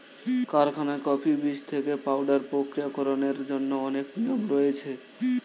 কারখানায় কফি বীজ থেকে পাউডার প্রক্রিয়াকরণের জন্য অনেক নিয়ম রয়েছে